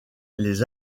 les